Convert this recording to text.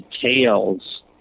details